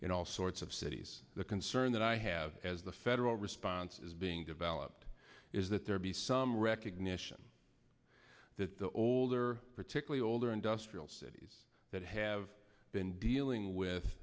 in all sorts of cities the concern that i have as the federal response is being developed is that there be some recognition that the older particularly older industrial cities that have been dealing with